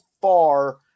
far